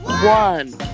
One